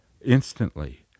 instantly